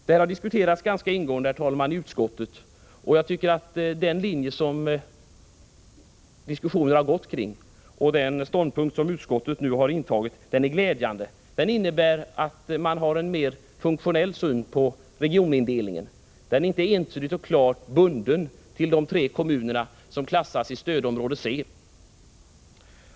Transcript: Det här har diskuterats ganska ingående i utskottet, herr talman, och jag tycker att den linje som diskussionerna har följt och den ståndpunkt utskottet har intagit är glädjande. Den innebär att det nu finns en mer funktionell syn än tidigare på regionindelningen. Man är inte ensidigt bunden till de tre kommuner som klassas såsom tillhörande stödområde C.